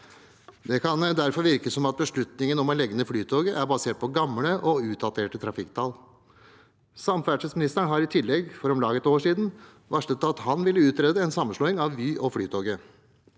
Det kan derfor virke som om beslutningen om å legge ned Flytoget er basert på gamle og utdaterte trafikktall. Samferdselsministeren har i tillegg, for om lag et år siden, varslet at han ville utrede en sammenslåing av Vy og Flytoget.